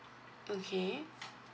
okay